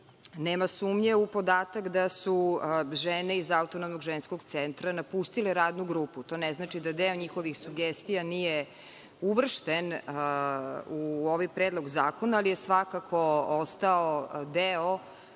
nema sumnje u podatak da su žene iz Autonomnog ženskog centra napustile radnu grupu. To ne znači da deo njihovih sugestija nije uvršten u ovaj Predlog zakona, ali je svakako ostao deo